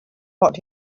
what